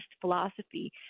philosophy